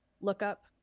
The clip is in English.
lookup